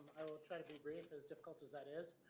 i will try to be brief as difficult as that is.